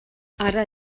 ara